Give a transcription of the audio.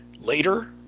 later